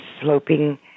sloping